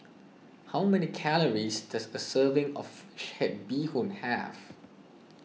how many calories does a serving of Fish Head Bee Hoon have